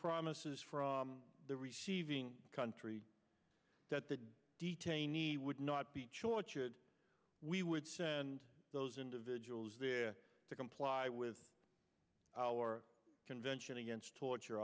promises from the receiving country that the detainee would not be choice we would send those individuals there to comply with our convention against torture